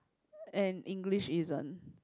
and English isn't